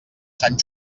sant